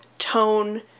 tone